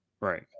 right